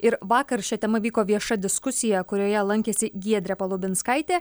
ir vakar šia tema vyko vieša diskusija kurioje lankėsi giedrė palubinskaitė